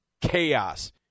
chaos